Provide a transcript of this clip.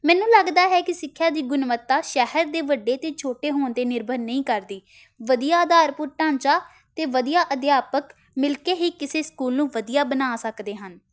ਮੈਨੂੰ ਲੱਗਦਾ ਹੈ ਕਿ ਸਿੱਖਿਆ ਦੀ ਗੁਣਵੱਤਾ ਸ਼ਹਿਰ ਦੇ ਵੱਡੇ ਅਤੇ ਛੋਟੇ ਹੋਣ 'ਤੇ ਨਿਰਭਰ ਨਹੀਂ ਕਰਦੀ ਵਧੀਆ ਆਧਾਰਭੂਤ ਢਾਂਚਾ ਅਤੇ ਵਧੀਆ ਅਧਿਆਪਕ ਮਿਲ ਕੇ ਹੀ ਕਿਸੇ ਸਕੂਲ ਨੂੰ ਵਧੀਆ ਬਣਾ ਸਕਦੇ ਹਨ